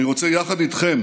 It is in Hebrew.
אני רוצה יחד איתכם